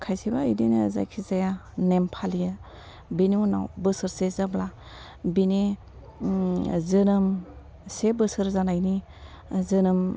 खायसेबा इदिनो जायखिजाया नेम फालियो बेनि उनाव बोसोरसे जाब्ला बिनि जोनोम से बोसोर जानायनि जोनोम